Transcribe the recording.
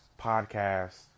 podcast